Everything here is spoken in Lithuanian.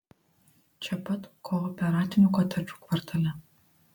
čia pat kooperatinių kotedžų kvartale